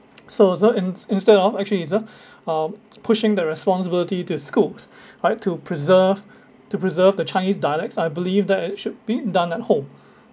so uh so ins~ instead of actually it's uh um pushing the responsibility to schools right to preserve to preserve the chinese dialects I believe that it should be done at home